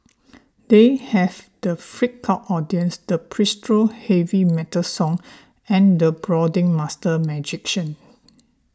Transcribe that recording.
they have the freaked out audience the pseudo heavy metal song and the brooding master magician